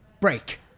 Break